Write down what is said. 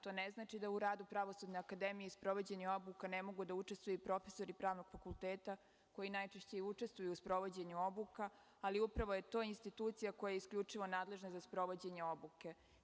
To ne znači da u radu Pravosudne akademije i sprovođenju obuka ne mogu da učestvuju i profesori pravnog fakulteta, koji najčešće i učestvuju u sprovođenju obuka, ali upravo je to institucija koja je isključivo nadležna za sprovođenje obuke.